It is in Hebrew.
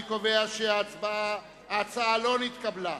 אני קובע שההצעה לא נתקבלה.